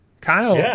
kyle